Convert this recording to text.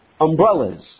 umbrellas